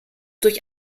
durch